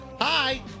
Hi